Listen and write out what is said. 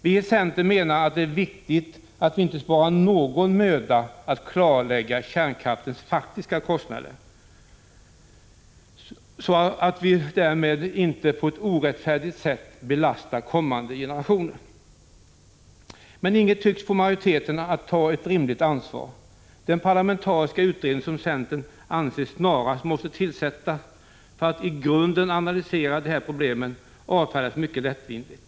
Vi i centern menar att det är viktigt att vi inte sparar någon möda att klarlägga kärnkraftens faktiska kostnader, så att vi inte på ett Prot. 1985/86:156 orättfärdigt sätt belastar kommande generationer. Men inget tycks få 29 maj 1986 majoriteten att ta ett rimligt ansvar. Den parlamentariska utredning som , HA z 5 : än ledcentern anser snarast måste tillsättas för att i grunden analysera de här Åtgärder med anle - dr ning av kärnkraftsproblemen avfärdas mycket lättvindigt.